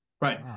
Right